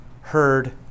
heard